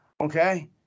okay